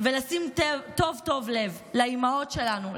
ולשים טוב טוב לב לאימהות שלנו,